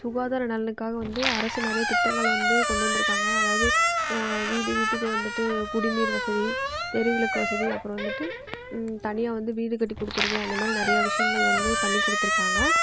சுகாதார நலனுக்காக வந்து அரசு நிறைய திட்டங்கள் வந்து கொண்டு வந்திருக்காங்க அதாவது வீடு வீட்டுக்கு வந்துட்டு குடிநீர் வசதி தெரு விளக்கு வசதி அப்புறம் வந்துட்டு தனியாக வந்து வீடு கட்டி கொடுக்கறது அந்த மாதிரி நிறைய விஷயங்கள் வந்து பண்ணி கொடுத்துருக்காங்க